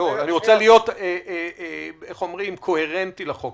רוצה להיות קוהרנטי לחוק.